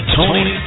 Tony